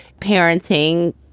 parenting